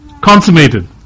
consummated